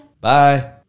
Bye